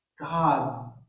God